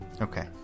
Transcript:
Okay